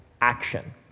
action